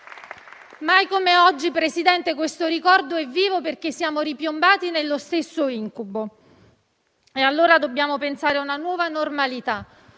Mai come oggi, signor Presidente, questo ricordo è vivo, perché siamo ripiombati nello stesso incubo. Dobbiamo dunque pensare a una nuova normalità